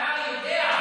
ואתה הרי יודע,